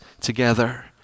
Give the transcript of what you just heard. together